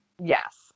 Yes